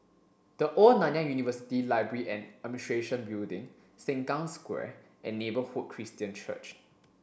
the Old Nanyang University Library and Administration Building Sengkang Square and Neighbourhood Christian Church